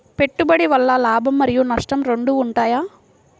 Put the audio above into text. పెట్టుబడి వల్ల లాభం మరియు నష్టం రెండు ఉంటాయా?